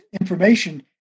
information